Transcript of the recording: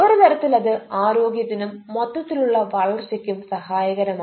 ഒരുതരത്തിൽ അത് ആരോഗ്യത്തിനും മൊത്തത്തിലുള്ള വളർച്ചക്കും സഹായകരമാണ്